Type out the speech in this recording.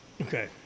Okay